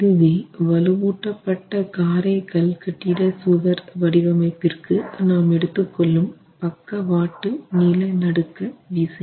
இதுவே வலுவூட்டப்பட்ட காரை கல்கட்டிட சுவர் வடிவமைப்பிற்கு நாம் எடுத்துக்கொள்ளும் பக்கவாட்டு நிலநடுக்க விசை